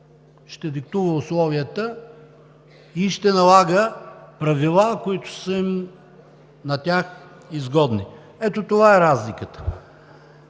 ще диктува условията и ще налага правила, които на тях са им изгодни. Ето това е разликата.